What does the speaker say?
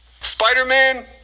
Spider-Man